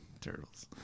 Turtles